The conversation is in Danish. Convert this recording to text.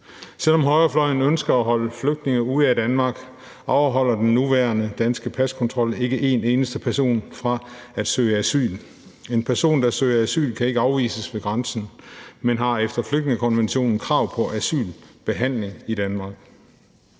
Selv om højrefløjen ønsker at holde flygtninge ude af Danmark, afholder den nuværende danske paskontrol ikke en eneste person fra at søge asyl. En person, der søger asyl, kan ikke afvises ved grænsen, men har efter flygtningekonventionen krav på asylbehandling i Danmark.